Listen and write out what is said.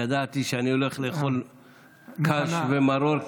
ידעתי שאני הולך לאכול קש ומרור,